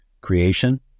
creation